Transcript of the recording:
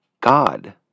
God